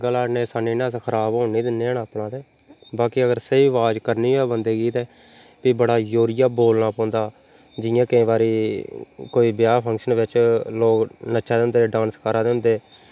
गला इन्नी असानी कन्नै अस खराब होन नी दिंदे अपना ते बाकी अगर स्हेई अवाज करनी होऐ बंदे गी ते ते बड़ा जोरियै बोलना पौंदा जियां केईं बारी कोई ब्याह् फंक्शन बिच्च लोग नच्चा दे होंदे डांस करै दे होंदे